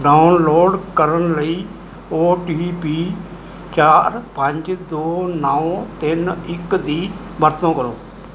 download ਕਰਨ ਲਈ O T P ਚਾਰ ਪੰਜ ਦੋ ਨੌ ਤਿੰਨ ਇੱਕ ਦੀ ਵਰਤੋਂ ਕਰੋ